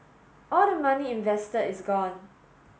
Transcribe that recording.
all the money invested is gone